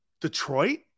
Detroit